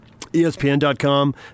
ESPN.com